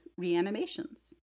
reanimations